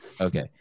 Okay